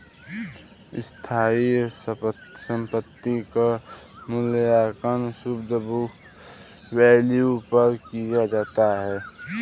स्थायी संपत्ति क मूल्यांकन शुद्ध बुक वैल्यू पर किया जाता है